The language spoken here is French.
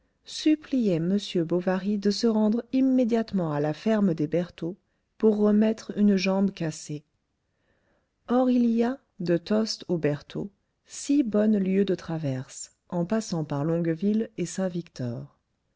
suppliait m bovary de se rendre immédiatement à la ferme des bertaux pour remettre une jambe cassée or il y a de tostes aux bertaux six bonnes lieues de traverse en passant par longueville et saintvictor